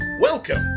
welcome